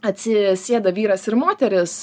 atsisėda vyras ir moteris